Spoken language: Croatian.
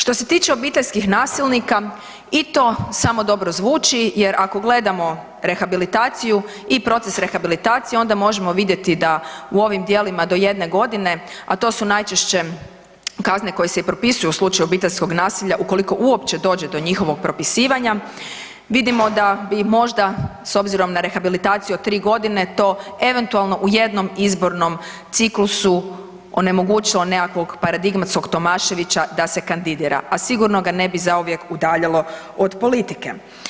Što se tiče obiteljskih nasilnika i to samo dobro zvuči jer ako gledamo rehabilitaciju i proces rehabilitacije onda možemo vidjeti da u ovim djelima do jedne godine, a to su najčešće kazne koje se i propisuju u slučaju obiteljskog naselja ukoliko uopće dođe do njihovog propisivanja, vidimo da bi možda s obzirom na rehabilitaciju od 3 godine to eventualno u jednom izbornom ciklusu onemogućilo nekakvog paradigmatskog Tomaševića da se kandidira, a sigurno ga ne bi zauvijek udaljilo od politike.